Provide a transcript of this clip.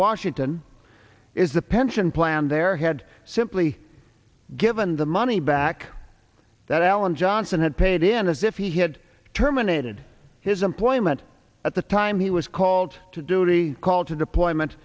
washington is the pension plan there had simply given the money back that alan johnson had paid in as if he had terminated his employment at the time he was called to duty called to deployment